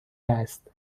است